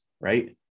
right